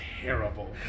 terrible